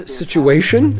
situation